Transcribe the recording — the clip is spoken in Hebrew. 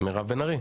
מירב בן ארי.